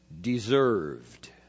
deserved